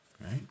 right